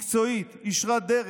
מקצועית, ישרת דרך,